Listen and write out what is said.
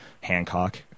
Hancock